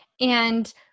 and-